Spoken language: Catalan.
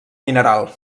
mineral